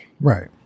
Right